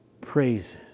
praises